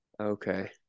Okay